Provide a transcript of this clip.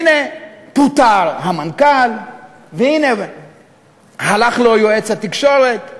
הנה פוטר המנכ"ל והנה הלך לו יועץ התקשורת.